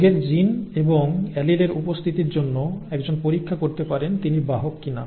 রোগের জিন এবং অ্যালিলের উপস্থিতির জন্য একজন পরীক্ষা করতে পারেন তিনি বাহক কি না